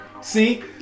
See